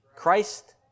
Christ